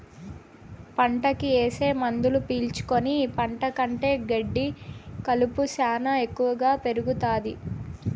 పంటకి ఏసే మందులు పీల్చుకుని పంట కంటే గెడ్డి కలుపు శ్యానా ఎక్కువగా పెరుగుతాది